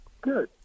Good